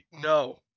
No